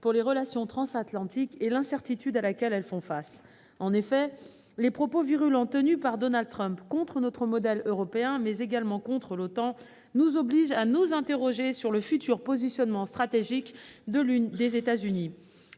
pour les relations transatlantiques et l'incertitude dans laquelle elles se trouvent. D'une part, les propos virulents tenus par Donald Trump contre le modèle européen, mais également contre l'OTAN nous obligent à nous interroger sur le futur positionnement stratégique des États-Unis.